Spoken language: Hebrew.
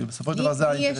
כי בסופו של דבר זה האינטרס.